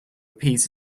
appease